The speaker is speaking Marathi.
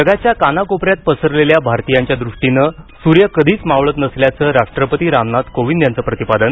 जगाच्या कानाकोपऱ्यात पसरलेल्या भारतीयांच्या दृष्टीनं सूर्य कधीच मावळत नसल्याचं राष्ट्रपती रामनाथ कोविंद यांचं प्रतिपादन